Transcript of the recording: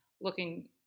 looking